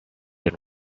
and